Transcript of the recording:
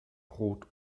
brot